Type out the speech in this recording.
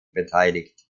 beteiligt